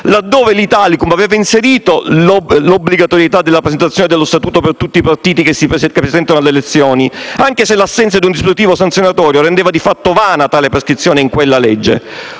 laddove l'Italicum aveva inserito l'obbligatorietà della presentazione dello statuto per tutti i partiti che si presentano alle elezioni, anche se l'assenza di un dispositivo sanzionatorio rendeva di fatto vana tale prescrizione. Si tratta di